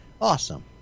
Awesome